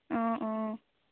অঁ অঁ